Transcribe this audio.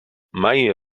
mai